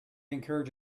encourage